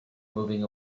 moving